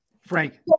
Frank